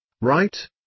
Right